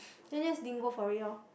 then Des din go for it lor